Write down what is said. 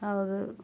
اور